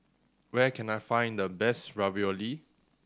where can I find the best Ravioli